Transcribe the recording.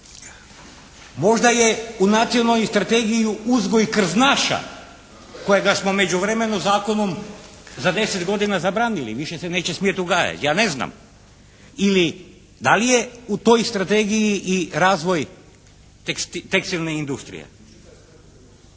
Možda je u Nacionalnoj strategiji uzgoj krznaša kojega smo u međuvremenu zakonom za 10 godina zabranili. Više se neće smjeti uzgajati, ja ne znam. Ili da li je u toj strategiji i razvoj tekstilne industrije?